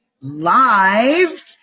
live